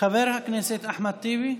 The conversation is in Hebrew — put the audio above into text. חבר הכנסת אחמד טיבי,